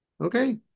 Okay